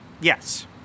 Yes